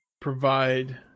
provide